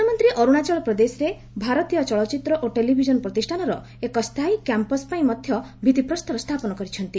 ପ୍ରଧାନମନ୍ତ୍ରୀ ଅରୁଣାଚଳ ପ୍ରଦେଶରେ ଭାରତୀୟ ଚଳଚ୍ଚିତ୍ର ଓ ଟେଲିଭିଜନ ପ୍ରତିଷ୍ଠାନର ଏକ ସ୍ଥାୟୀ କ୍ୟାମ୍ପସ ପାଇଁ ମଧ୍ୟ ଭିଭିପ୍ରସ୍ତର ସ୍ଥାପନ କରିଛନ୍ତି